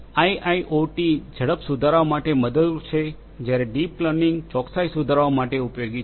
IIoT ઝડપ સુધારવા માટે મદદરૂપ છે જ્યારે ડીપ લર્નિંગ ચોકસાઈ સુધારવા માટે ઉપયોગી છે